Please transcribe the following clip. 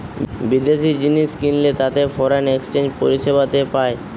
বিদেশি জিনিস কিনলে তাতে ফরেন এক্সচেঞ্জ পরিষেবাতে পায়